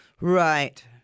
Right